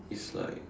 it's like